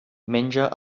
menja